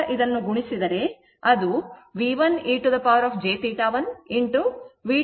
ನಂತರ ಇದನ್ನು ಗುಣಿಸಿದರೆ ಅದು V1 e jθ1 V2 e jθ2 ಆಗಿರುತ್ತದೆ